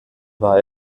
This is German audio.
war